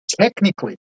technically